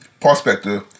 prospector